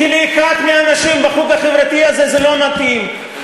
כי לאחד מהאנשים בחוג החברתי הזה זה לא מתאים.